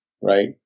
right